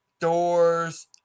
doors